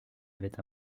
avait